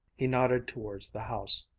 he nodded towards the house.